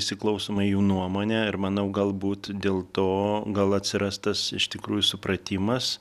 įsiklausoma į jų nuomonę ir manau galbūt dėl to gal atsiras tas iš tikrųjų supratimas